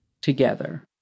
together